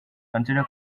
consider